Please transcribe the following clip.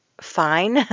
fine